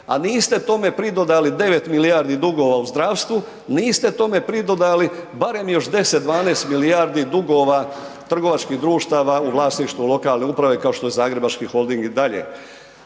a niste tome pridodali 9 milijardi dugova u zdravstvu, niste tome pridodali barem još 10, 12 milijardi dugova trgovačkih društava u vlasništvu lokalne uprave kao što je Zagrebački holding i dalje.